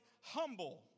humble